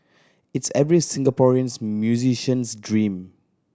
it's every Singaporeans musician's dream